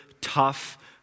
tough